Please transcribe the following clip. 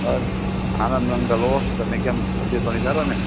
બસ આનંદ મંગલ હોં તમે કેમ છો તબિયત પાણી સારાં ને